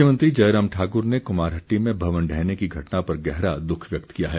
मुख्यमंत्री जयराम ठाक्र ने कुमारहट्टी में भवन ढहने की घटना पर गहरा दुख व्यक्त किया है